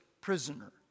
prisoner